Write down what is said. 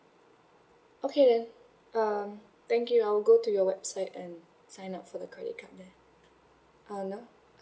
okay then um thank you I'll go to your website and sign up for the credit card there uh no